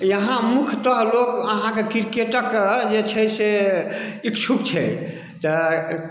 यहाँ मुख्यतः लोग अहाँकेँ क्रिकेटक जे छै से इच्छुक छै तऽ